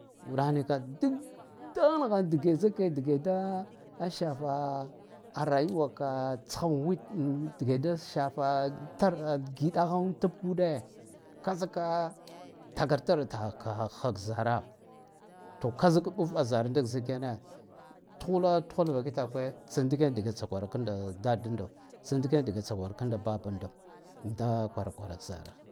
Wuɗah nika dad da naha nahaha dige zika dige da shafa a rayuwa ka tsha wit dige da shafa tar a giɗahan tab ude ka zkka takatra taha ka haka zaraha to kizakɓtɓa zara zik ndikena tuhula tuhulva kitakwe tsa ndiken dige tsa kwara kanda a dadando tsa ndiken dige tsa kwara kanda babando da kwara kwara tistar.